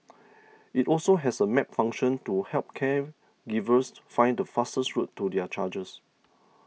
it also has a map function to help caregivers find the fastest route to their charges